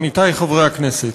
עמיתי חברי הכנסת,